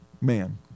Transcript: man